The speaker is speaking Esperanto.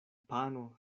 pano